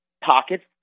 Pockets